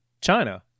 China